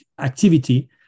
activity